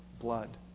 blood